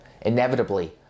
Inevitably